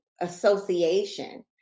association